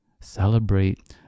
celebrate